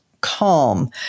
calm